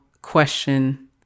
question